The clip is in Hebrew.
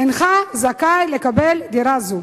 אינך זכאי לקבל דירה זו.